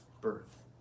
birth